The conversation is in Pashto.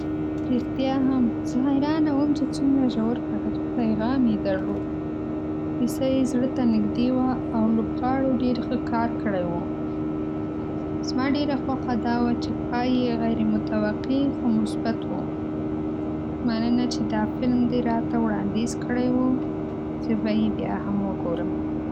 رښتیا هم، زه حیرانه وم چې څومره ژور پیغام یې درلود. کيسه یې زړه ته نږدې وه، او لوبغاړو ډېر ښه کار کړی و. زما ډېره خوښه دا وه چې پای یې غیر متوقع خو مثبت و. مننه چې دا فلم دې راته وړاندیز کړی و، زه به یې بیا هم وګورم.